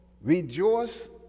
rejoice